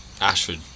Ashford